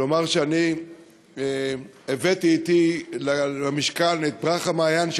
ולומר שאני הבאתי למשכן את ברכה מעיין,